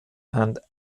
and